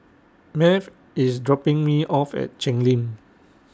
Math IS dropping Me off At Cheng Lim